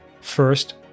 First